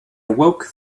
awoke